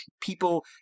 people